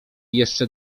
jeszcze